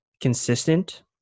consistent